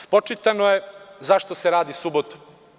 Spočitano je zašto se radi u subotu.